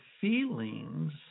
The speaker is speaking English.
feelings